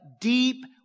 deep